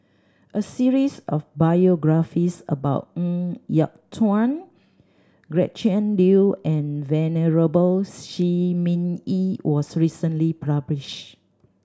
a series of biographies about Ng Yat Chuan Gretchen Liu and Venerable Shi Ming Yi was recently